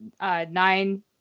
nine